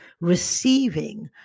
receiving